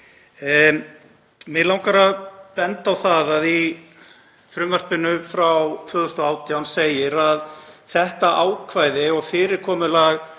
Mig langar að benda á það að í frumvarpinu frá 2018 segir að þetta ákvæði og fyrirkomulag